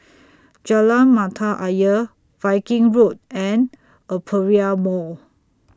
Jalan Mata Ayer Viking Road and Aperia Mall